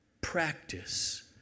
practice